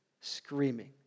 screaming